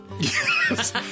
Yes